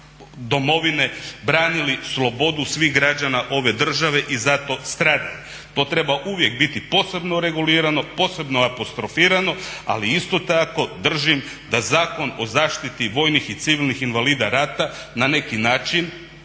domovine branili slobodu svih građana ove države i zato stradaju. To treba uvijek biti posebno regulirano, posebno apostrofirano, ali isto tako držim da Zakon o zaštiti vojnih i civilnih invalida rata na neki način